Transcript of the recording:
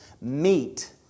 meet